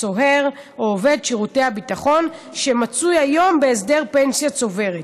סוהר או עובד שירותי הביטחון שמצוי היום בהסדר פנסיה צוברת